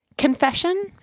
Confession